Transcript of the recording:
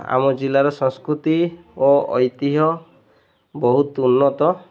ଆମ ଜିଲ୍ଲାର ସଂସ୍କୃତି ଓ ଐତିହ୍ୟ ବହୁତ ଉନ୍ନତ